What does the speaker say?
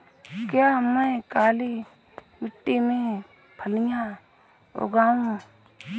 क्या मैं काली मिट्टी में फलियां लगाऊँ?